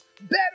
better